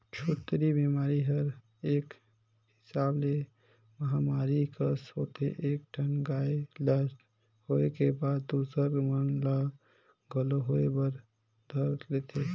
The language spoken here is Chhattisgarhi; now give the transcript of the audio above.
छूतही बेमारी हर एक हिसाब ले महामारी कस होथे एक ठन गाय ल होय के बाद दूसर मन ल घलोक होय बर धर लेथे